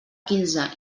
quinze